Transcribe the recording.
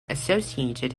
associated